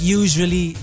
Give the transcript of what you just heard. usually